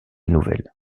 nouvelle